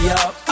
up